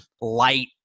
light